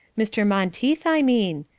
mr. monteith, i mean.